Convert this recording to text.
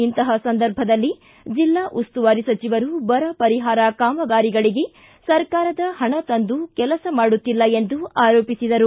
ಇಂತಹ ಸಂದರ್ಭದಲ್ಲಿ ಜಿಲ್ಲಾ ಉಸ್ತುವಾರಿ ಸಚಿವರು ಬರ ಪರಿಹಾರ ಕಾಮಗಾರಿಗಳಿಗೆ ಸರ್ಕಾರದ ಪಣ ತಂದು ಕೆಲಸ ಮಾಡುತ್ತಿಲ್ಲ ಎಂದು ಆರೋಪಿಸಿದರು